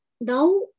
now